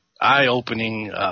eye-opening